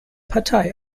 partei